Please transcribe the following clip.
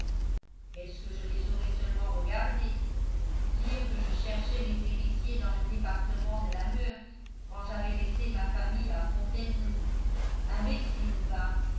est-ce que je les aurais seulement regardés dire que je cherchais mes héritiers dans le département de la meurthe quand j'avais laissé ma famille à fontainebleau imbécile va